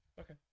Okay